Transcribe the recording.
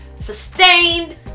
sustained